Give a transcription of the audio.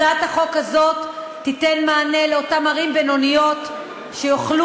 הצעת החוק הזאת תיתן מענה לאותן ערים בינוניות שיוכלו,